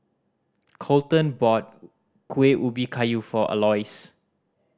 Colten bought Kuih Ubi Kayu for Aloys